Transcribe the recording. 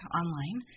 online